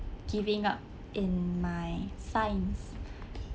giving up in my science